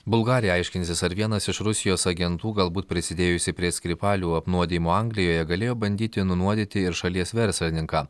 bulgarija aiškinsis ar vienas iš rusijos agentų galbūt prisidėjusį prie skripalio apnuodijimo anglijoje galėjo bandyti nunuodyti ir šalies verslininką